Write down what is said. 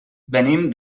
venim